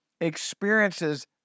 experiences